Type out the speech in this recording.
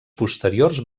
posteriors